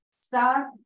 start